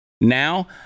Now